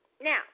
Now